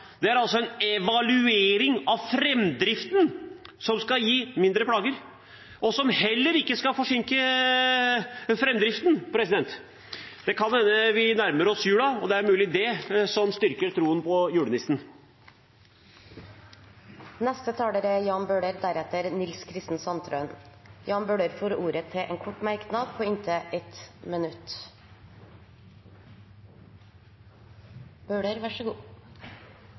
Det er altså en evaluering av framdriften – som skal gi mindre plager – og som heller ikke skal forsinke framdriften. Vi nærmer oss jul, så det er kan hende det som styrker troen på julenissen. Representanten Jan Bøhler har hatt ordet to ganger tidligere og får ordet til en kort merknad, begrenset til 1 minutt.